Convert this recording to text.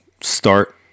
start